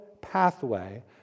pathway